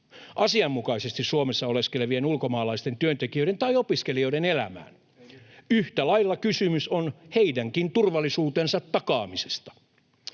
asianmukaisesti Suomessa oleskelevien ulkomaalaisten työntekijöiden tai opiskelijoiden elämään. [Juho Eerola: Ei mitenkään!] Yhtä lailla kysymys on heidänkin turvallisuutensa takaamisesta.